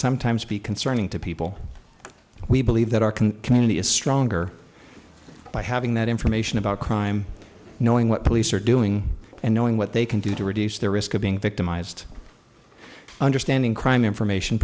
sometimes be concerning to people we believe that our can community is stronger by having that information about crime knowing what police are doing and knowing what they can do to reduce their risk of being victimized understanding crime information